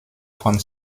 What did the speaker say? von